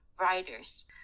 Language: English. writers